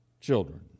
children